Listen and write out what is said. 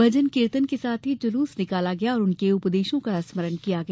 भजन कीर्तन के साथ ही जुलूस निकाला गया और उनके उपदेशों का स्मरण किया गया